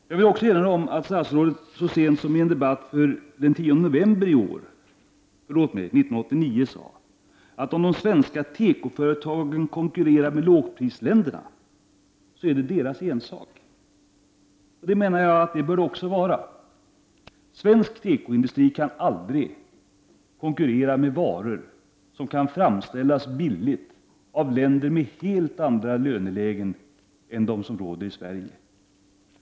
Jag vill erinra om att statsrådet så sent som i en debatt den 10 november 1989 sade, att om de svenska tekoföretagen konkurrerar med lågprisländerna, så är det deras ensak. Det menar jag att det också bör vara. Svensk tekoinustri kan aldrig konkurrera med varor som kan framställas billigt i länder med helt andra lönelägen än de som råder i Sverige.